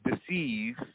deceive